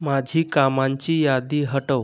माझी कामांची यादी हटव